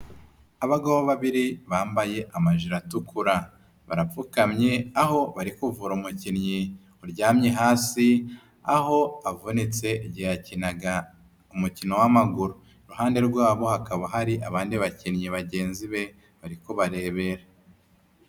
Abagabo babiri bambaye amajiri atukura, barapfukamye aho bari kuvura umukinnyi uryamye hasi, aho avunitse igihe yakinaga umukino w'amaguru, iruhande rwabo hakaba hari abandi bakinnyi bagenzi be bari kubarebera.